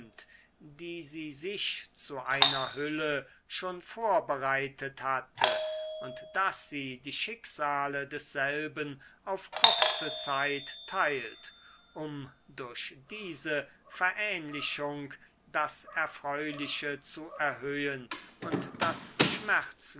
die sie sich zu einer hülle schon vorbereitet hatte und daß sie die schicksale desselben auf kurze zeit teilt um durch diese verähnlichung das erfreuliche zu erhöhen und das